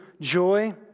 joy